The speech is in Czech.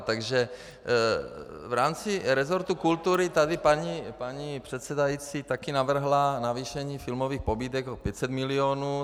Takže v rámci resortu kultury tady paní předsedající taky navrhla navýšení filmových pobídek o 500 milionů.